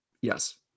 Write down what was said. Yes